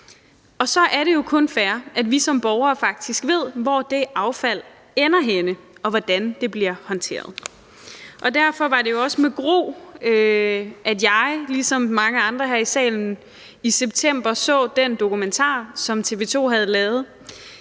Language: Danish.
Og så er det jo kun fair, at vi som borgere faktisk ved, hvor det affald ender henne, og hvordan det bliver håndteret. Derfor var det jo også med gru, at jeg ligesom mange andre her i salen i september så den dokumentar, som TV 2 havde lavet